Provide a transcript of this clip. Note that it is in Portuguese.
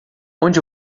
onde